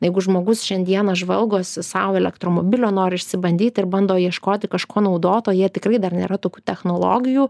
jeigu žmogus šiandieną žvalgosi sau elektromobilio nori išsibandyti ir bando ieškoti kažko naudoto jie tikrai dar nėra tokių technologijų